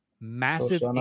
massive